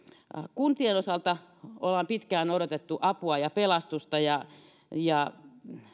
kuntien osalta ollaan pitkään odotettu apua ja pelastusta ja ja